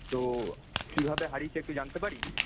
তো কীভাবে হারিয়েছে একটু জানতে পারি